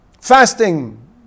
fasting